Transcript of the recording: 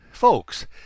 Folks